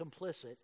complicit